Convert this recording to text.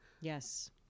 Yes